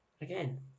again